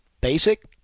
basic